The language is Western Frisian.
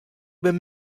bin